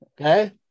okay